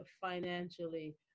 financially